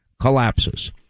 collapses